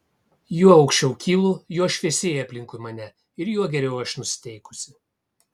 juo aukščiau kylu juo šviesėja aplinkui mane ir juo geriau aš nusiteikusi